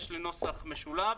יש לי נוסח משולב.